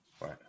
Right